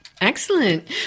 Excellent